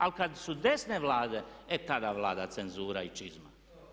A kad su desne Vlade e tada vlada cenzura i čizma.